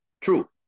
True